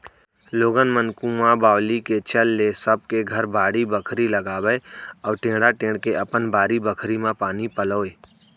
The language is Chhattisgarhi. लोगन मन कुंआ बावली के चल ले सब के घर बाड़ी बखरी लगावय अउ टेड़ा टेंड़ के अपन बारी बखरी म पानी पलोवय